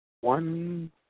one